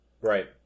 Right